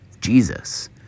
Jesus